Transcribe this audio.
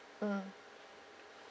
mm